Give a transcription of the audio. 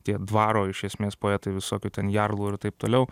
tie dvaro iš esmės poetai visokių ten jarlų ir taip toliau